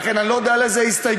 לכן אני לא יודע לאיזו הסתייגות,